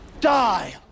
die